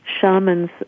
shamans